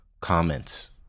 comments